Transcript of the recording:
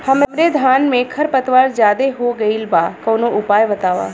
हमरे धान में खर पतवार ज्यादे हो गइल बा कवनो उपाय बतावा?